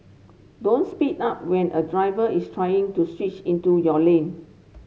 don't speed up when a driver is trying to switch into your lane